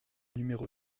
numéro